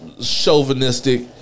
chauvinistic